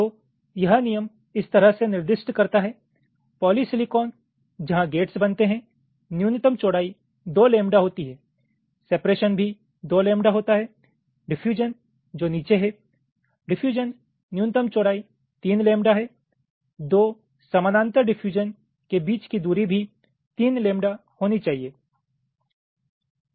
तो यह नियम इस तरह से निर्दिष्ट करता है पॉलीसिलिकॉन जहां गेट्स बनते हैं न्यूनतम चौड़ाई दो लैम्बडा होती है सेपरेशन भी दो लैम्बडा होता है डिफयूजन जो नीचे है डिफयूजन न्यूनतम चौड़ाई तीन लैम्बडा है दो समानांतर डिफयूजन के बीच की दूरी भी तीन लैम्बडा होनी चाहिए